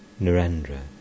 Narendra